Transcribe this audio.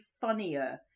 funnier